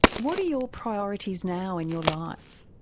what are your priorities now in your life?